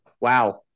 Wow